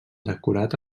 decorat